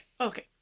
okay